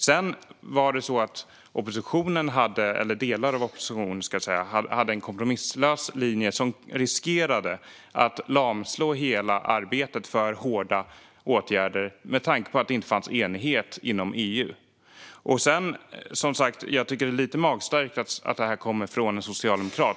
Sedan var det så att delar av oppositionen hade en kompromisslös linje som, med tanke på att det inte fanns enighet inom EU, riskerade att lamslå hela arbetet för hårda åtgärder.